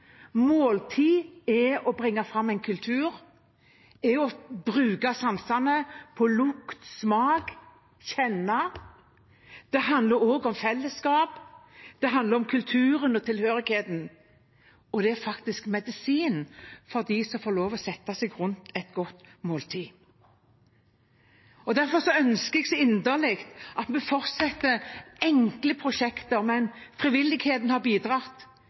Måltid er å bringe fram en kultur. Det er å bruke sansene på lukt, smak og på å kjenne. Det handler også om fellesskap. Det handler om kulturen og tilhørigheten, og det er faktisk medisin for dem som får lov å sette seg rundt et godt måltid. Derfor ønsker jeg så inderlig at vi fortsetter enkle prosjekter. Frivilligheten har bidratt